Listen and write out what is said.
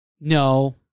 No